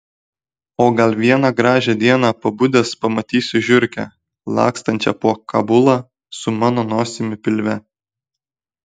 o gal vieną gražią dieną pabudęs pamatysiu žiurkę lakstančią po kabulą su mano nosimi pilve